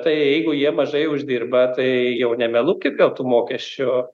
tai jeigu jie mažai uždirba tai jau nemeluokit dėl tų mokesčių